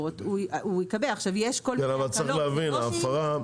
לי יצא לפגוש אותם בפועל כמה פעמים באקראי,